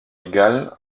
égale